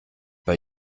bei